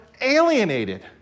alienated